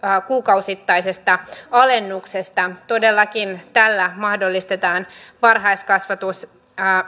kuukausittaisesta alennuksesta todellakin tällä mahdollistetaan varhaiskasvatus